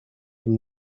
from